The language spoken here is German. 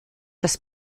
das